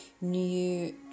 new